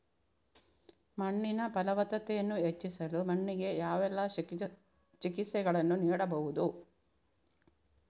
ಮಣ್ಣಿನ ಫಲವತ್ತತೆಯನ್ನು ಹೆಚ್ಚಿಸಲು ಮಣ್ಣಿಗೆ ಯಾವೆಲ್ಲಾ ಚಿಕಿತ್ಸೆಗಳನ್ನು ನೀಡಬಹುದು?